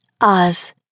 Oz